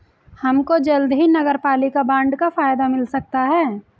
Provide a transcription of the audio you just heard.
हमको जल्द ही नगरपालिका बॉन्ड का फायदा मिल सकता है